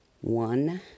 one